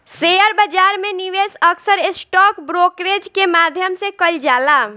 share बाजार में निवेश अक्सर स्टॉक ब्रोकरेज के माध्यम से कईल जाला